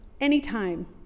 anytime